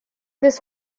this